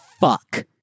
fuck